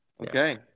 okay